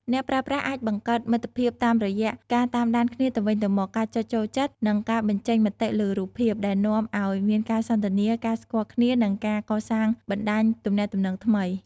អ្នកប្រើប្រាស់អាចបង្កើតមិត្តភាពតាមរយៈការតាមដានគ្នាទៅវិញទៅមក ការចុចចូលចិត្ត និងការបញ្ចេញមតិលើរូបភាព ដែលនាំឱ្យមានការសន្ទនា ការស្គាល់គ្នា និងការកសាងបណ្ដាញទំនាក់ទំនងថ្មី។